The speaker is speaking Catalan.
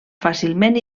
fàcilment